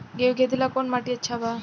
गेहूं के खेती ला कौन माटी अच्छा बा?